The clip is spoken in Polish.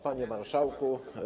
Panie Marszałku!